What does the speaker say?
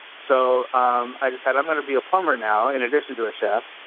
so um i just said, i'm going to be a plumber now, in addition to a chef,